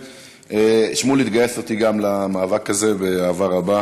באמת, שמולי, תגייס אותי גם למאבק הזה, באהבה רבה.